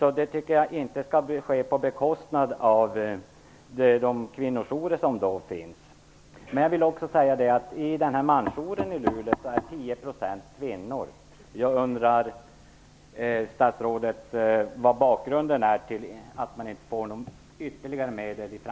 Jag tycker alltså inte att det här skall ske på bekostnad av de kvinnojourer som finns. Jag vill också säga att i den här mansjouren i Luleå är 10 % kvinnor.